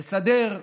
לסדר,